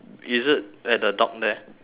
is it at the dog there